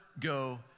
go